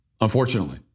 unfortunately